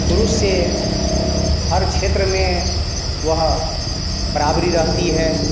पुरुस से हर छेत्र में वह बराबरी रहती है